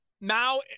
now